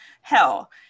hell